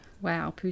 Wow